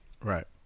Right